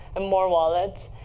and more wallets,